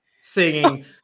singing